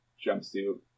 jumpsuit